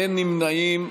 אין נמנעים.